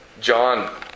John